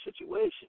situation